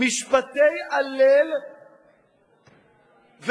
משפטי הלל ושבח